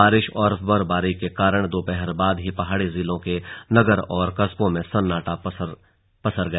बारिश और बर्फबारी के कारण दोपहर बाद ही पहाड़ी जिलों के नगर और कस्बों में सन्नाटा पसर गया